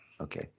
Okay